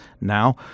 now